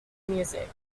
music